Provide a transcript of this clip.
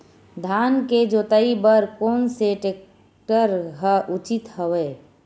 धान के जोताई बर कोन से टेक्टर ह उचित हवय?